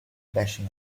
bashing